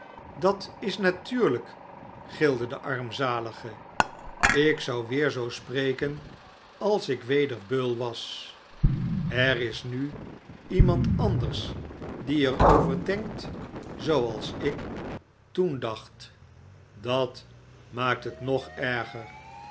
dat is natuurlijk glide de rampzalige ik zou weer zoo spreken als ik weder beul was er is nu iemand anders die er over denkt zooals ik toen dacht dat maakt het nog erger